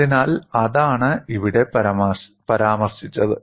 അതിനാൽ അതാണ് ഇവിടെ പരാമർശിച്ചത്